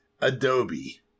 Adobe